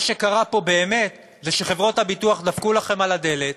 מה שקרה פה באמת זה שחברות הביטוח דפקו לכם על הדלת,